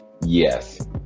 yes